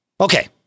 Okay